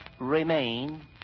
remain